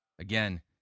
Again